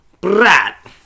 Brat